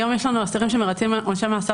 היום יש לנו אסירים שמרצים עונשי מאסר